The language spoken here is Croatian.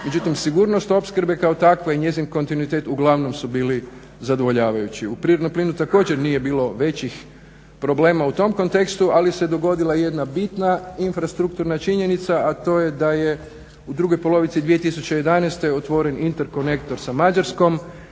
Međutim, sigurnost opskrbe kao takve i njezin kontinuitet uglavnom su bili zadovoljavajući. U prirodnom plinu također nije bilo većih problema u tom kontekstu, ali se dogodila jedna bitna infrastrukturna činjenica, a to je da je u drugoj polovici 2011. otvoren interkonektor sa Mađarskom,